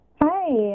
Hi